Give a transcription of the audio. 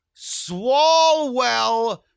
Swalwell